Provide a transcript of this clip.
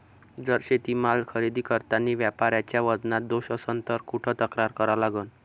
जर शेतीमाल खरेदी करतांनी व्यापाऱ्याच्या वजनात दोष असन त कुठ तक्रार करा लागन?